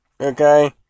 Okay